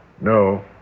no